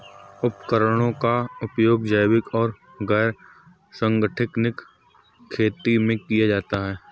उपकरणों का उपयोग जैविक और गैर संगठनिक खेती दोनों में किया जाता है